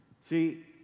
See